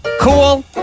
Cool